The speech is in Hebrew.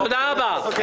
הנה,